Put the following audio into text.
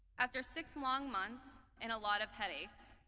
after six long months and a lot of headaches.